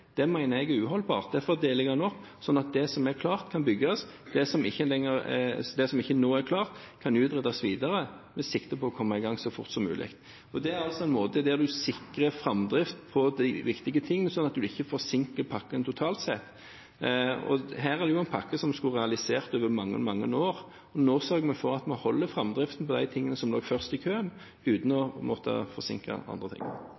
Det mener jeg er uholdbart. Derfor deler jeg den opp, sånn at det som er klart, kan bygges, og det som ikke nå er klart, kan utredes videre med sikte på å komme i gang så fort som mulig. Det er en måte der man sikrer framdrift på de viktige tingene, sånn at man ikke forsinker pakken totalt sett. Her er det en pakke som skulle vært realisert over mange, mange år. Nå sørger vi for at vi holder framdriften på de tingene som lå først i køen, uten å måtte forsinke andre ting.